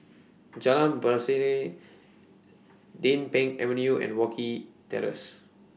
Jalan Pasiran Din Pang Avenue and Wilkie Terrace